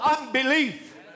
unbelief